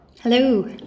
Hello